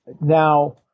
Now